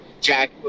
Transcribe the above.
jack